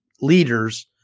leaders